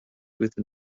within